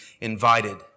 invited